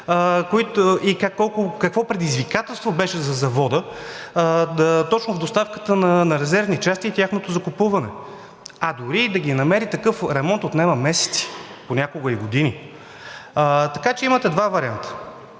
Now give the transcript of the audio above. какво предизвикателство беше за завода точно доставката на резервни части и тяхното закупуване, а дори и да ги намери, такъв ремонт отнема месеци, понякога и години. Така че имате два варианта,